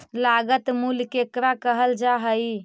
लागत मूल्य केकरा कहल जा हइ?